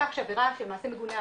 לכך שמעשה מגונה,